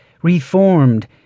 reformed